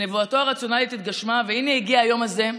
נבואתו הרציונלית התגשמה, והינה הגיע היום הזה.